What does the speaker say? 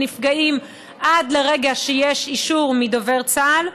נפגעים עד לרגע שיש אישור מדובר צה"ל,